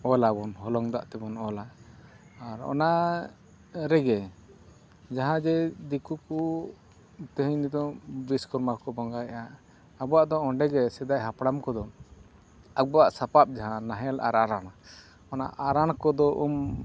ᱚᱞ ᱟᱵᱚᱱ ᱦᱚᱞᱚᱝ ᱫᱟᱜ ᱛᱮᱵᱚᱱ ᱚᱞᱟ ᱟᱨ ᱚᱱᱟ ᱨᱮᱜᱮ ᱡᱟᱦᱟᱸᱜᱮ ᱫᱤᱠᱩ ᱠᱚ ᱛᱮᱦᱤᱧ ᱱᱤᱛᱳᱜ ᱡᱟᱹᱥᱛᱤ ᱵᱟᱝᱠᱚ ᱵᱚᱸᱜᱟᱭᱮᱜᱼᱟ ᱟᱵᱚᱣᱟᱜ ᱫᱚ ᱚᱸᱰᱮᱜᱮ ᱥᱮᱫᱟᱭ ᱦᱟᱯᱲᱟᱢ ᱠᱚᱫᱚ ᱟᱵᱚᱣᱟᱜ ᱥᱟᱯᱟᱯ ᱡᱟᱦᱟᱸ ᱱᱟᱦᱮᱞ ᱟᱨ ᱟᱲᱟᱨ ᱚᱱᱟ ᱟᱲᱟᱨ ᱠᱚᱫᱚ ᱩᱢ